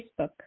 Facebook